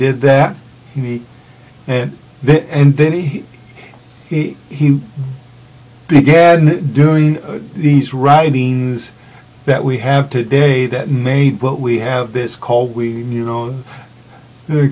did that he bit and then he began doing these writings that we have today that made what we have this call we you know the